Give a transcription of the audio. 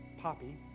Poppy